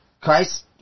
Christ